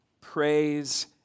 praise